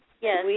Yes